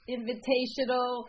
Invitational